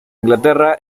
inglaterra